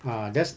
ah just